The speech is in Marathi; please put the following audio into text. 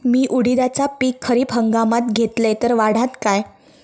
मी उडीदाचा पीक खरीप हंगामात घेतलय तर वाढात काय?